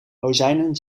rozijnen